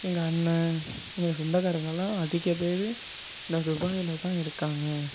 எங்கள் அண்ணன் எங்கள் சொந்தகாரங்க எல்லாம் அதிக பேர் அந்த துபாயில் தான் இருக்காங்க